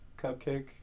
cupcake